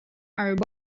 are